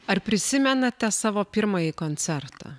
ar prisimenate savo pirmąjį koncertą